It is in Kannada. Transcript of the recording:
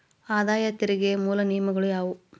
ಆದಾಯ ತೆರಿಗೆಯ ಮೂಲ ನಿಯಮಗಳ ಯಾವು